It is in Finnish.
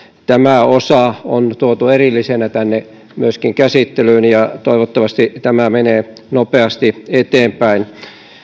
tämä osa on tuotu erillisenä tänne käsittelyyn ja toivottavasti tämä menee nopeasti eteenpäin